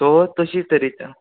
so तशीं तरेच